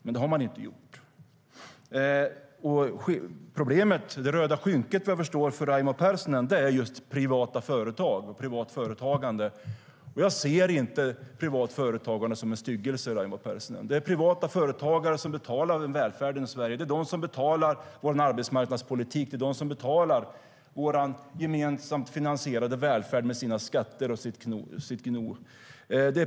Men det har ni inte gjort. Det röda skynket för Raimo Pärssinen är privat företagande. Jag ser inte privat företagande som en styggelse. Det är privata företagare som betalar för välfärden och arbetsmarknadspolitiken i Sverige. Det är de som betalar vår gemensamt finansierade välfärd med sina skatter och sitt knog.